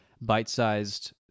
bite-sized